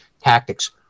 tactics